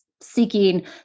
seeking